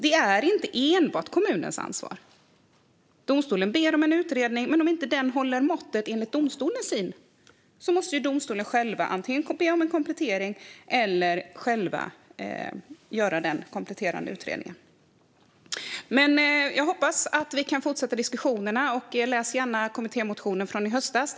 Det är inte enbart kommunens ansvar. Domstolen ber om en utredning, men om den inte håller måttet enligt domstolen måste domstolen antingen be om en komplettering eller själv göra en kompletterande utredning. Jag hoppas att vi kan fortsätta diskussionerna. Läs gärna kommittémotionen från i höstas!